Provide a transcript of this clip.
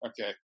Okay